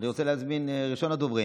אני רוצה להזמין את ראשון הדוברים,